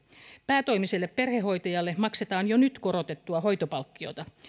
päätoimiselle perhehoitajalle maksetaan jo nyt korotettua hoitopalkkiota